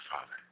Father